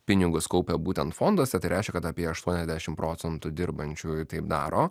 pinigus kaupia būtent fonduose tai reiškia kad apie aštuoniasdešimt procentų dirbančiųjų taip daro